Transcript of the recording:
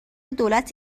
دولت